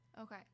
Okay